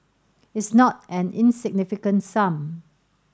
it's not an insignificant sum